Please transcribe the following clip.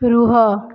ରୁହ